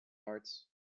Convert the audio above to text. arts